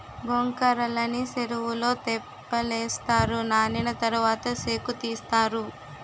గొంకర్రలని సెరువులో తెప్పలేస్తారు నానిన తరవాత సేకుతీస్తారు